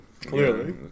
Clearly